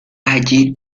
allí